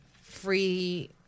free